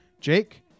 Jake